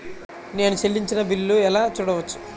నేను చెల్లించిన బిల్లు ఎలా చూడవచ్చు?